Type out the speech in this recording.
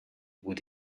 would